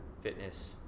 Fitness